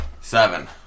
Seven